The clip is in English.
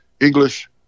English